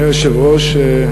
אדוני היושב-ראש,